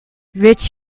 rich